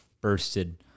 bursted